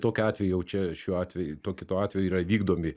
tokiu atveju jau čia šiuo atveju tokiu tuo atveju yra vykdomi